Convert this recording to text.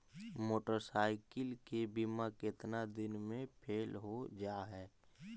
Motorcycle के बिमा केतना दिन मे फेल हो जा है?